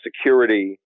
security